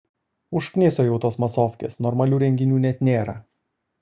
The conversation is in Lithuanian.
užkniso jau tos masofkės normalių renginių net nėra